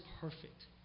perfect